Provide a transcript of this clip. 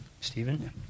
Stephen